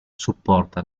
supporta